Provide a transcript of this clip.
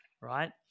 right